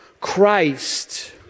Christ